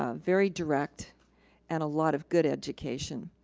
ah very direct and a lot of good education.